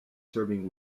serving